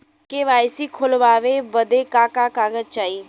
KYC खोलवावे बदे का का कागज चाही?